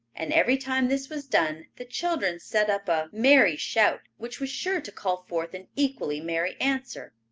and every time this was done the children set up a merry shout which was sure to call forth an equally merry answer.